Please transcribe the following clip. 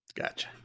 Gotcha